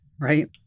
right